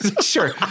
sure